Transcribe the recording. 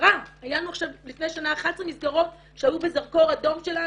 קרה שהיו לנו עכשיו לפני שנה 11 מסגרות שהיו בזרקור אדום שלנו,